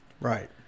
Right